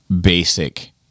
basic –